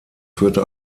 führte